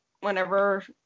whenever